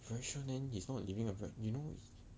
very sure then he is not living a ver~ you know